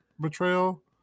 Betrayal